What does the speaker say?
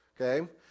Okay